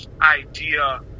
idea